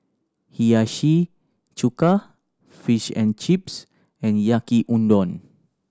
Hiyashi Chuka Fish and Chips and Yaki Udon